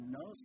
no